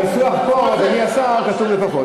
אבל בניסוח פה, אדוני השר, כתוב "לפחות".